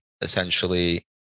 essentially